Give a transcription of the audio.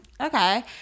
okay